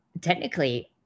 Technically